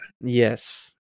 Yes